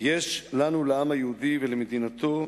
יש לנו, לעם היהודי ולמדינתו,